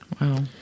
Wow